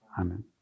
Amen